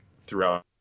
throughout